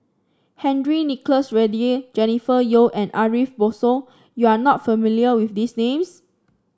Henry Nicholas Ridley Jennifer Yeo and Ariff Bongso you are not familiar with these names